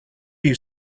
you